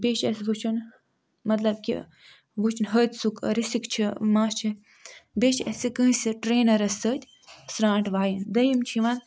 بیٚیہِ چھ اَسہِ وُچھُن مَطلَب کہِ وُچھُن حٲدۍثُک رِسِک چھُ ما چھُ بیٚیہِ چھِ اَسہِ کٲنٛسہِ ٹرٛینرَس سۭتۍ سرٛانٛٹ وایِنۍ دوٚیُم چھُ یِوان